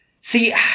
see